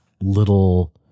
little